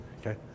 okay